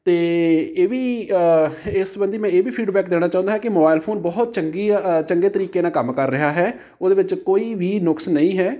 ਅਤੇ ਇਹ ਵੀ ਇਸ ਸਬੰਧੀ ਮੈਂ ਇਹ ਵੀ ਫੀਡਬੈਕ ਦੇਣਾ ਚਾਹੁੰਦਾ ਹੈ ਕਿ ਮੋਬਾਇਲ ਫੋਨ ਬਹੁਤ ਚੰਗੀ ਅ ਚੰਗੇ ਤਰੀਕੇ ਨਾਲ ਕੰਮ ਕਰ ਰਿਹਾ ਹੈ ਉਹਦੇ ਵਿੱਚ ਕੋਈ ਵੀ ਨੁਕਸ ਨਹੀਂ ਹੈ